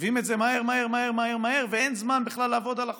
מביאים את זה מהר מהר מהר מהר ואין זמן בכלל לעבוד על החוק.